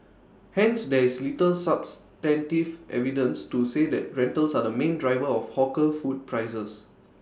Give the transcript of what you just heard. hence there's little substantive evidence to say that rentals are the main driver of hawkers food prices